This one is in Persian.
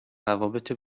روابط